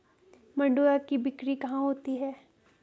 मंडुआ की बिक्री कहाँ होती है?